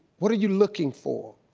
what are you looking for?